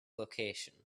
location